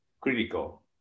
critical